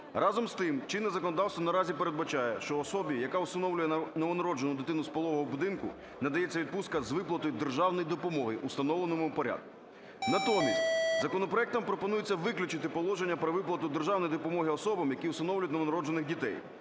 Разом з тим, чинне законодавство наразі передбачає, що особі, яка усиновлює новонароджену дитину з пологового будинку, надається відпустка з виплатою державної допомоги в установленому порядку. Натомість законопроектом планується виключити положення про виплату державної допомоги особам, які всиновлюють новонароджених дітей.